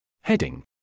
Heading